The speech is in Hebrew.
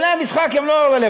כללי המשחק הם לא רלוונטיים,